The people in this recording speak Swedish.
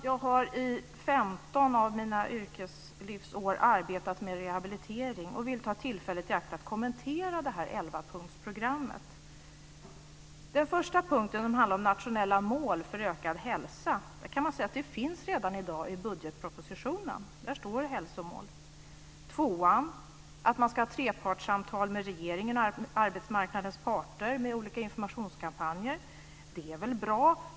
Jag har i 15 av mitt yrkeslivs år arbetat med rehabilitering och vill ta tillfället i akt att kommentera elvapunktsprogrammet. Punkt 1 handlar om nationella mål för ökad hälsa. Det finns redan i dag hälsomål angivna i budgetpropositionen. Punkt 2 gäller trepartssamtal mellan regeringen och arbetsmarknadens parter med olika informationskampanjer. Det är väl bra.